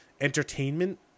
entertainment